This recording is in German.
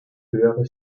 höhere